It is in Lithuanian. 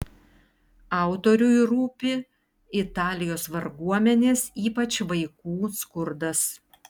autoriui rūpi italijos varguomenės ypač vaikų skurdas